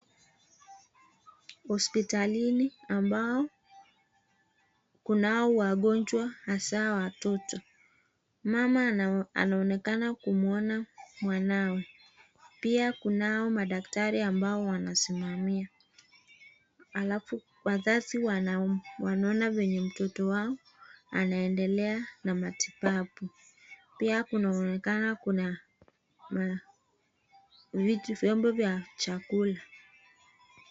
Hospitalini ambao kunao wagonjwa haswa watoto , mama anaonekana kumuona mwanawe, pia kunao madaktari ambao wanasimamia alafu wazazi wanaona venye mtoto wao anaendelea na matibabu. Pia kunaoneka kuna vyombo vya chakula.